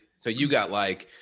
so you got like,